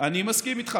מסכים איתך.